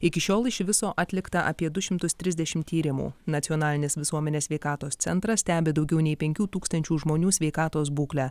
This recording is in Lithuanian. iki šiol iš viso atlikta apie du šimtus trisdešimt tyrimų nacionalinis visuomenės sveikatos centras stebi daugiau nei penkių tūkstančių žmonių sveikatos būklę